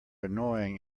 annoying